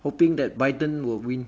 hoping that biden will win